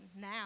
now